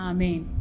Amen